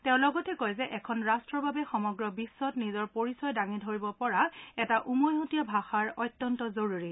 তেওঁ লগতে কয় যে এখন ৰাট্টৰ বাবে সমগ্ৰ বিশ্বত নিজৰ পৰিচয় দাঙি ধৰিব পৰা এটা উমৈহতীয়া ভাষা অত্যন্ত জৰুৰী